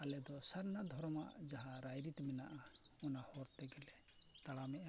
ᱟᱞᱮ ᱫᱚ ᱥᱟᱨᱱᱟ ᱫᱷᱚᱨᱚᱢᱟᱜ ᱡᱟᱦᱟᱸ ᱨᱟᱭᱨᱤᱛ ᱢᱮᱱᱟᱜᱼᱟ ᱚᱱᱟ ᱦᱚᱲ ᱛᱮᱜᱮᱞᱮ ᱛᱟᱲᱟᱢᱮᱜᱼᱟ